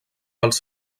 pels